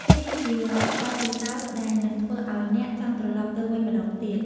នេះជាបទពិសោធន៍ដែលនឹងធ្វើឱ្យអ្នកចង់ត្រឡប់ទៅវិញម្តងទៀត។